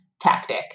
tactic